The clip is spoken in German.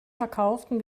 verkauften